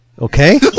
okay